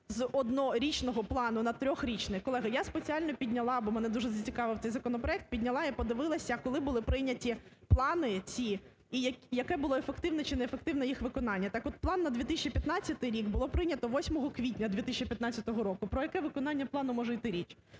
з однорічного плану на трьохрічний? Колеги, я спеціально підняла, бо мене дуже зацікавив цей законопроект, підняла і подивилася, коли були прийняті плани ці, і яке було ефективне чи неефективне їх виконання. Так от План на 2015 рік було прийнято 8 квітня 2015 року. Про яке виконання плану може йти річ?